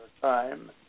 time